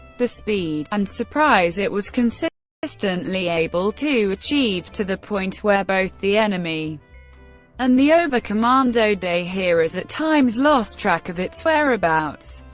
the speed and surprise it was consistently able to achieve, to the point where both the enemy and the oberkommando des heeres at times lost track of its whereabouts,